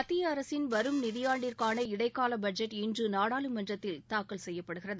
மத்திய அரசின் வரும் நிதியாண்டிற்கான இடைக்கால பட்ஜெட் இன்று நாடாளுமன்றத்தில் தாக்கல் செய்யப்படுகிறது